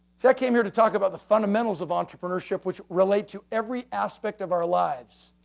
see, i came here to talk about the fundamentals of entrepreneurship, which relate to every aspect of our lives.